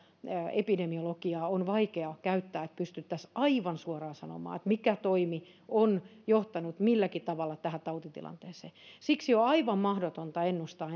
epidemiologiaa on vaikea käyttää että pystyttäisiin aivan suoraan sanomaan mikä toimi on johtanut milläkin tavalla tähän tautitilanteeseen siksi on aivan mahdotonta ennustaa